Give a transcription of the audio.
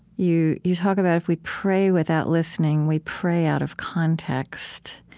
you you talk about if we pray without listening, we pray out of context.